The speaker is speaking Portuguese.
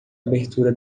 abertura